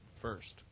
first